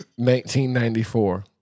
1994